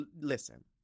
listen